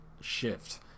shift